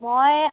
মই